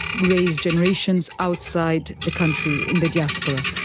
raise generations outside the country in the diaspora.